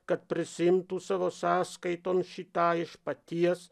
kad prisiimtų savo sąskaiton šį tą iš paties